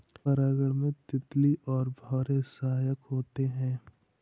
परागण में तितली और भौरे सहायक होते है